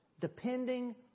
depending